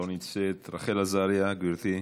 לא נמצאת, רחל עזריה, גברתי,